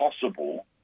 possible